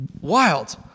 wild